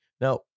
Now